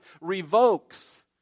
revokes